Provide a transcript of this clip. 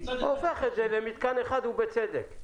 פותח את זה למתקן אחד, ובצדק.